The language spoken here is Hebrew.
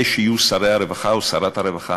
אלה שיהיו שר הרווחה או שרת הרווחה: